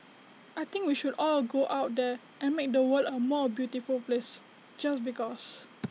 I think we should all go out there and make the world A more beautiful place just because